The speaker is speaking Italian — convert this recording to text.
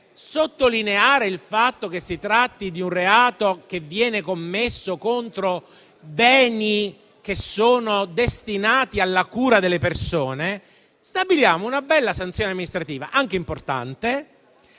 sottolineare il fatto che si tratti di un reato commesso contro beni destinati alla cura delle persone, stabiliamo una bella sanzione amministrativa anche importante